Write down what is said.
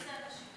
מי האנשים האלה?